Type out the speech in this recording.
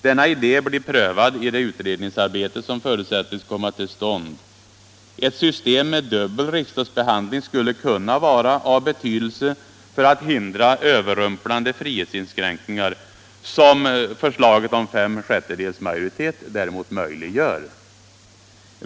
Denna idé blir prövad i det utredningsarbete som förutsätts komma till stånd. Ett system med dubbel riksdagsbehandling skulle kunna vara av betydelse för att hindra överrumplande frihetsinskräkningar som förslaget om fem sjättedels majoritet möjliggör.